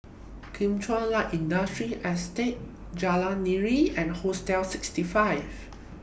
Kim Chuan Light Industrial Estate Jalan Nira and Hostel sixty five